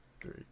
three